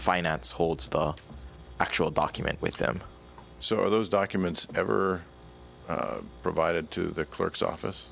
finance holds the actual document with them so are those documents ever provided to the clerk's office